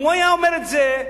אם הוא היה אומר את זה,